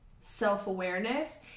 self-awareness